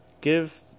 give